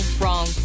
wrong